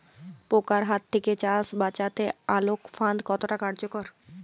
পোকার হাত থেকে চাষ বাচাতে আলোক ফাঁদ কতটা কার্যকর?